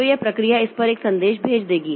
तो यह प्रक्रिया इस पर एक संदेश भेज देगी